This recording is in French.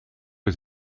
aux